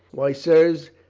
why, sirs,